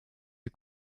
est